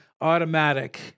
automatic